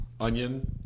onion